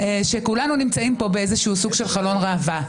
כשכולנו נמצאים פה באיזשהו סוג של חלון ראווה,